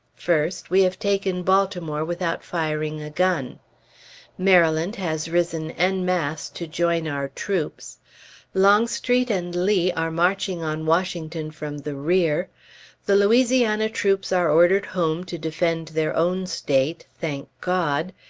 first, we have taken baltimore without firing a gun maryland has risen en masse to join our troops longstreet and lee are marching on washington from the rear the louisiana troops are ordered home to defend their own state thank god!